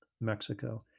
Mexico